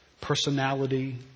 Personality